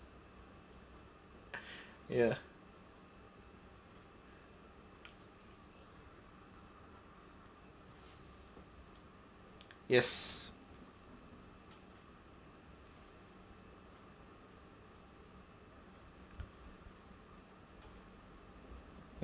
ya yes